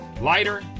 Lighter